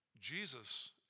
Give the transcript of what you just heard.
Jesus